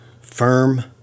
firm